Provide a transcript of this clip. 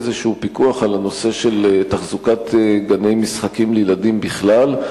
איזה פיקוח על הנושא של תחזוקת גני משחקים לילדים בכלל?